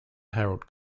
harold